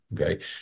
okay